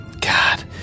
God